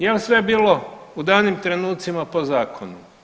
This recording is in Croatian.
Jel sve bilo u danim trenucima po zakonu.